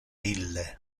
ille